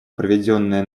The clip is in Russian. проведенное